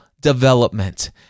development